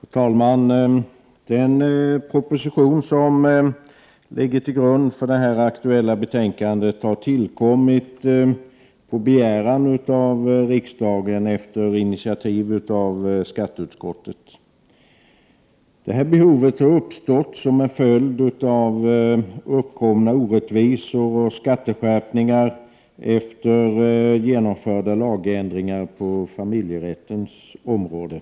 Fru talman! Den proposition som ligger till grund för det aktuella betänkandet har tillkommit på begäran av riksdagen, efter initiativ av skatteutskottet. Behovet har uppstått som en följd av uppkomna orättvisor och skatteskärpningar efter genomförda lagändringar på familjerättens område.